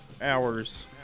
hours